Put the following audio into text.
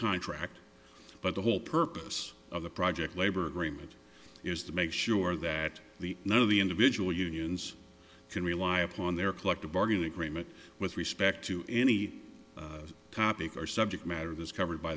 contract but the whole purpose of the project labor agreement is to make sure that the one of the individual unions can rely upon their collective bargain agreement with respect to any topic or subject matter that is covered by